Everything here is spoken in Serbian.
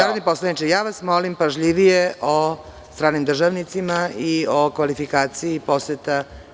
Narodni poslaniče, ja vas molim pažljivije o stranim državnicima i o kvalifikaciji poseta.